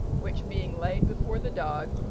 which being laid before the dog,